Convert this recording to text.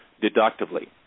deductively